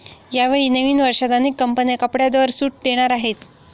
यावेळी नवीन वर्षात अनेक कंपन्या कपड्यांवर सूट देणार आहेत